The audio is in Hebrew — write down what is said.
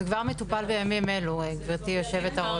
זה כבר מטופל בימים אלו, גברתי היושבת-ראש.